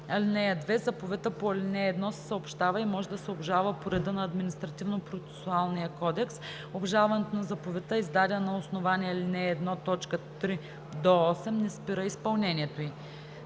29. (2) Заповедта по ал. 1 се съобщава и може да се обжалва по реда на Административнопроцесуалния кодекс. Обжалването на заповедта, издадена на основание ал. 1, т. 3 – 8, не спира изпълнението ѝ.“